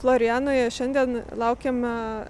florėnoje šiandien laukiame